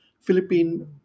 Philippine